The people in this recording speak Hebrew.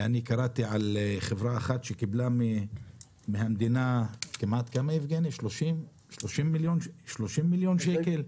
קראתי על חברה אחת שקיבלה מן המדינה 30 מיליון שקל.